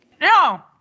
No